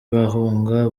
bahunga